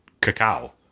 cacao